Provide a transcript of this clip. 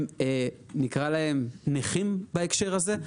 הם, נקרא להם, נכים בהקשר הזה.